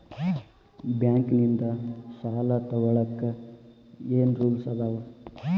Bank ನಿಂದ್ ಸಾಲ ತೊಗೋಳಕ್ಕೆ ಏನ್ ರೂಲ್ಸ್ ಅದಾವ?